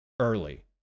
early